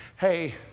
hey